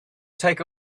take